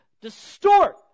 distort